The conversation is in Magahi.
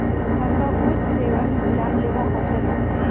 तंबाकूर सेवन जानलेवा ह छेक